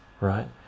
right